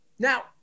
Now